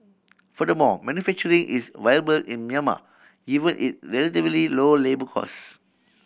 furthermore manufacturing is viable in Myanmar even it relatively low labour cost